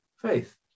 faith